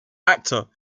actor